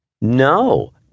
No